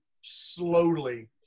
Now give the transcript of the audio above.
slowly